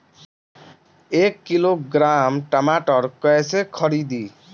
एक किलोग्राम टमाटर कैसे खरदी?